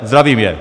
Zdravím je.